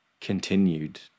continued